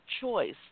choice